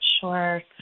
Sure